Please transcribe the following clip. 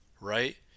right